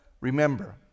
remember